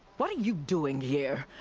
what are you doing here?